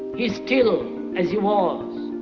is still as he was.